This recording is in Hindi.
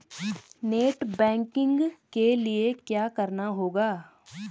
नेट बैंकिंग के लिए क्या करना होगा?